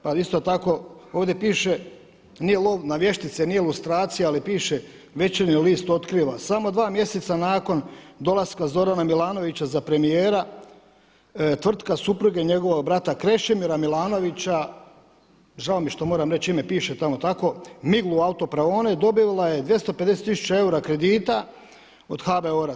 Pa isto tako ovdje piše nije lov na vještice, nije lustracija, ali piše Večernji list otkriva samo dva mjeseca nakon dolaska Zorana Milanovića za premijera tvrtka supruge njegova brata Krešimira Milanovića, žao mi je što moram reći ime piše tamo tako Miglu autobraone dobivala je 250000 eura kredita od HBOR-a.